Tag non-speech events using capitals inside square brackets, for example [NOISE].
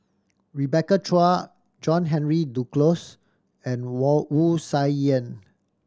Rebecca Chua John Henry Duclos and [UNINTELLIGIBLE] Wu Tsai Yen